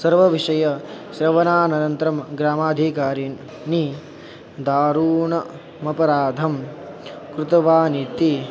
सर्वविषयश्रवणानन्तरं ग्रामाधिकारिणि दारूणमपराधं कृतवानिति